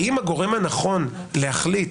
האם הגורם הנכון להחליט